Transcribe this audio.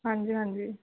ਹਾਂਜੀ ਹਾਂਜੀ